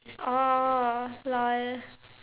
oh lol